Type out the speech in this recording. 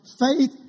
faith